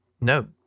No